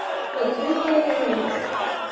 spoke greek like their neighbours.